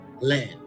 Learn